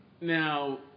Now